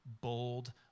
bold